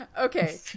Okay